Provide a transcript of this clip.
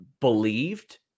believed